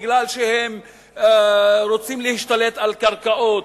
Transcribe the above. כי הם רוצים להשתלט על קרקעות.